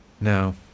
No